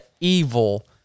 evil